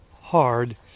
hard